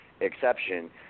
exception